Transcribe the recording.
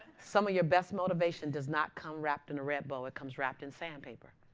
some of your best motivation does not come wrapped in a red bow. it comes wrapped in sandpaper.